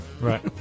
Right